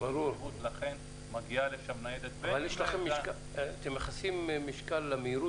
לכן מגיעה לשם ניידת --- אתם מייחסים משקל למהירות